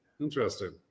Interesting